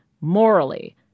morally